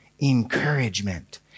encouragement